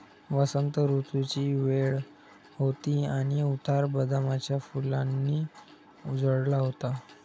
वसंत ऋतूची वेळ होती आणि उतार बदामाच्या फुलांनी उजळला होता